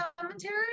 commentary